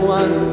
one